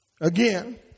Again